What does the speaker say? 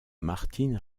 martín